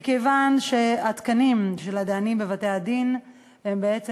מכיוון שהתקנים של הדיינים בבתי-הדין בעצם